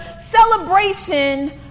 celebration